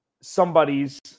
somebody's